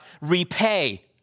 repay